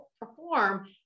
perform